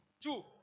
Two